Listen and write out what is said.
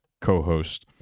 co-host